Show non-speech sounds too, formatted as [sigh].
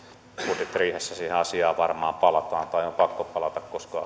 budjettiriihessä siihen asiaan varmaan palataan tai on pakko palata koska [unintelligible]